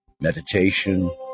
Meditation